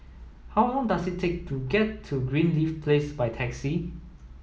how long does it take to get to Greenleaf Place by taxi